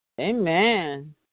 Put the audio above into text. Amen